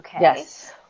Yes